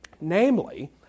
namely